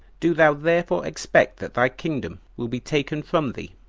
do thou therefore expect that thy kingdom will be taken from thee,